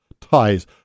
Ties